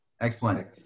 Excellent